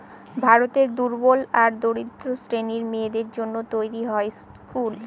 ভারতের দুর্বল আর দরিদ্র শ্রেণীর মেয়েদের জন্য তৈরী হয় স্কুল